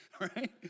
right